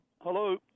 Hello